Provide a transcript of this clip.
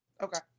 Okay